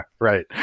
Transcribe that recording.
Right